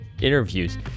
interviews